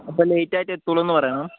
അപ്പോൾ ലെയ്റ്റായിട്ടെ എത്തുള്ളുയെന്ന് പറയണം